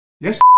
Yes